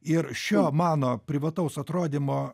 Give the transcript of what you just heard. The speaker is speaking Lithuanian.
ir šio mano privataus atrodymo